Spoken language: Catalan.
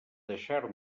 deixar